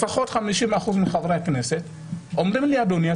לפחות 50% מחברי הכנסת אומרים לי: אדוני,